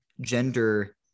gender